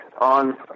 on